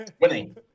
Winning